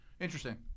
Interesting